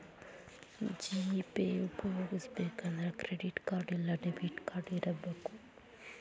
GPay ಉಪ್ಯೊಗಸ್ಬೆಕಂದ್ರ credit card ಇಲ್ಲಾ debit card ಇರಬಕು